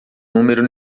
número